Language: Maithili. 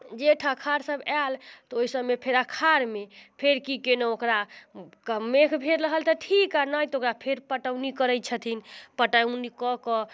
जेठ अषाढ़ सभ आयल तऽ ओइ सभमे अषाढ़मे फेर की केनहुँ ओकरा मेघ भेल रहल तऽ ठीक हय नहि तऽ फेर ओकरा फेर पटौनी करै छथिन पटौनी कऽ कऽ